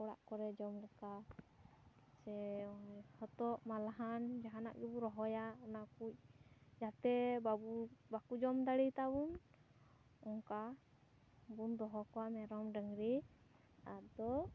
ᱚᱲᱟᱜ ᱠᱚᱨᱮ ᱡᱚᱢ ᱞᱮᱠᱟ ᱥᱮ ᱦᱚᱛᱚᱫ ᱢᱟᱞᱦᱟᱱ ᱡᱟᱦᱟᱱᱟᱜ ᱜᱮᱵᱚᱱ ᱨᱚᱦᱚᱭᱟ ᱚᱱᱟᱠ ᱡᱟᱛᱮ ᱵᱟᱵᱚ ᱵᱟᱠᱚ ᱡᱚᱢ ᱫᱟᱲᱮᱭᱟᱛᱟᱵᱚᱱ ᱚᱱᱠᱟ ᱵᱚᱱ ᱫᱚᱦᱚ ᱠᱚᱣᱟ ᱢᱮᱨᱚᱢ ᱰᱟᱹᱝᱨᱤ ᱟᱫᱚ